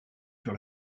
sur